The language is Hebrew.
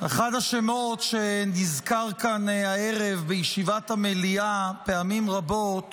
אחד השמות שנזכרו כאן הערב בישיבת המליאה פעמים רבות